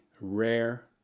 rare